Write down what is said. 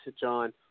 John